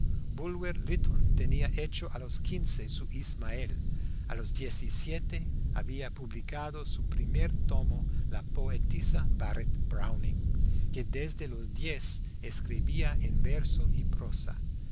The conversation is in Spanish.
bulwer lytton tenía hecho a los quince su ismael a los diecisiete había publicado su primer tomo la poetisa barrett browning que desde los diez escribía en verso y prosa